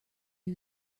who